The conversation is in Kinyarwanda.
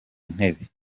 ntebe